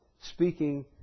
speaking